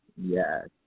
Yes